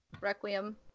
Requiem